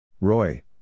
Roy